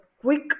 quick